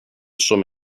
some